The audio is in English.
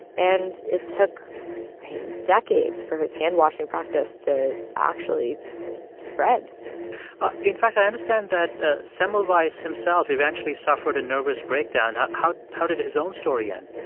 and it took decades for his handwashing practice to actually spread in fact, i understand that ah semmelweis himself eventually suffered a nervous breakdown. how how did his own story end?